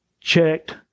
checked